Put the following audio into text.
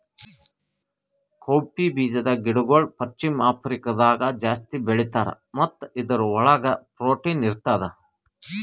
cowpea ಬೀಜದ ಗಿಡಗೊಳ್ ಪಶ್ಚಿಮ ಆಫ್ರಿಕಾದಾಗ್ ಜಾಸ್ತಿ ಬೆಳೀತಾರ್ ಮತ್ತ ಇದುರ್ ಒಳಗ್ ಪ್ರೊಟೀನ್ ಇರ್ತದ